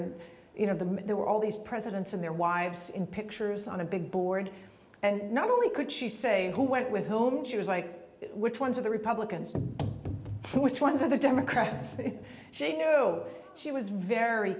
and you know the there were all these presidents and their wives in pictures on a big board and not only could she say who went with whom she was like which ones of the republicans which ones of the democrats think she knew she was very